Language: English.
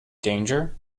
danger